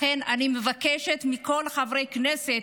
לכן אני מבקשת מכל חברי הכנסת: